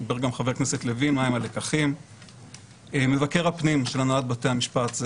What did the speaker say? זה נושא מרכזי בתוכנית העבודה של מבקר הפנים של הנהלת בתי המשפט.